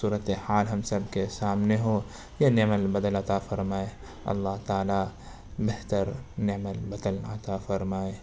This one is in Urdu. صورت حال ہم سب کے سامنے ہو یہ نعم البدل عطا فرمائے اللہ تعالیٰ بہتر نعم البدل عطا فرمائے